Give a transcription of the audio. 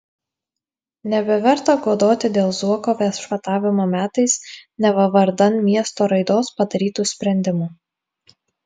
nebeverta godoti dėl zuoko viešpatavimo metais neva vardan miesto raidos padarytų sprendimų